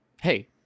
hey